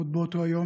עוד באותו היום,